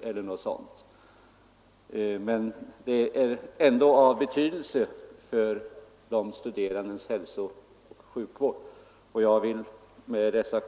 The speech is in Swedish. Beloppet är ändå av betydelse för de studerandes hälsooch sjukvård. Fru talman! Med detta